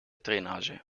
drainage